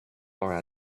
are